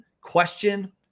question